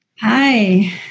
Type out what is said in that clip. Hi